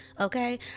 Okay